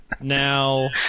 Now